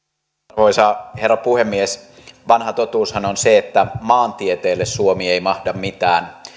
arvoisa herra puhemies vanha totuushan on se että maantieteelle suomi ei mahda mitään